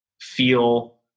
feel